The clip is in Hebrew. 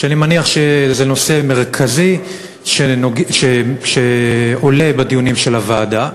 שאני מניח שזה נושא מרכזי שעולה בדיוני הוועדה.